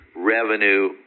revenue